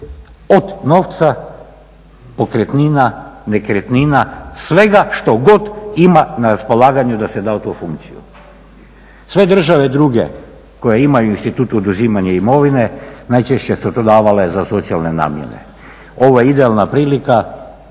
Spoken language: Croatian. Od novaca, pokretnina, nekretnina, svega što god ima na raspolaganju da se da u tu funkciju. Sve države druge koje imaju institut oduzimanja imovine najčešće su to davale za socijalne namjerne. Ovo je idealna prilika